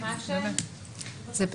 הוא